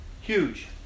Huge